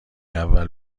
اول